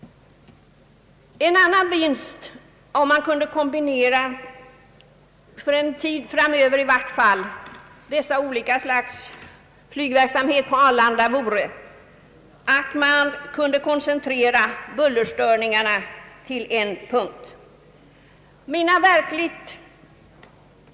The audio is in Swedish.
Om man i vart fall för en tid framöver kunde kombinera den reguljära inoch utrikestrafiken på Arlanda, uppnådde man en annan vinst, man kunde koncentrera = bullerstörningarna till en punkt.